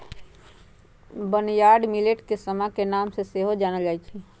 barnyard millet के समा के नाम से सेहो जानल जाइ छै